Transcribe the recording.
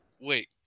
Wait